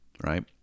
right